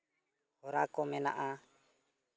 ᱦᱚᱨᱟᱠᱚ ᱢᱮᱱᱟᱜᱼᱟ